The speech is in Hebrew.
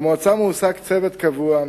במועצה מועסק צוות קבוע,